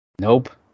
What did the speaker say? Nope